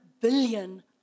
billion